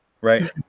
Right